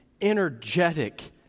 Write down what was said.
energetic